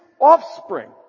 offspring